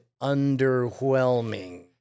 underwhelming